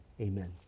Amen